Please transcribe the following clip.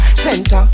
center